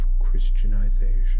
Christianization